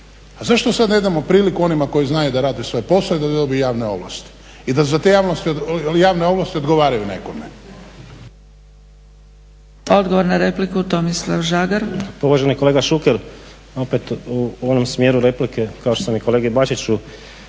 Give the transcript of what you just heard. A zašto sad ne damo priliku onima koji znaju da rade svoj posao i da dobiju javne ovlasti i da za te javne ovlasti odgovaraju nekome? **Zgrebec, Dragica (SDP)** Odgovor na repliku, Tomislav Žagar. **Žagar, Tomislav (SDP)** Pa uvaženi kolega Šuker opet u onom smjeru replike kao što sam i kolegi Bačiću